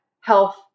health